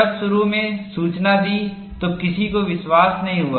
जब शुरू में सूचना दी तो किसी को विश्वास नहीं हुआ